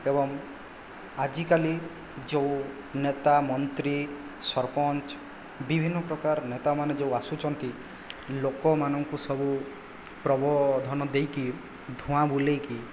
ଏବଂ ଆଜିକାଲି ଯେଉଁ ନେତା ମନ୍ତ୍ରୀ ସରପଞ୍ଚ ବିଭିନ୍ନ ପ୍ରକାର ନେତାମାନେ ଯେଉଁ ଆସୁଛନ୍ତି ଲୋକମାନଙ୍କୁ ସବୁ ପ୍ରବୋଧନ ଦେଇକି ଧୂଆଁ ବୁଲେଇକି